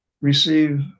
receive